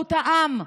בשירות העם.